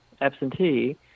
absentee